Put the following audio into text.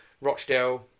Rochdale